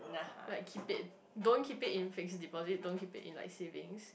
like keep it don't keep it in fixed deposit don't keep it in like savings